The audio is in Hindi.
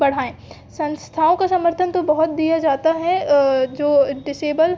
बढ़ाऍं संस्थाओं का समर्थन तो बहुत दिया जाता है जो डिसेबल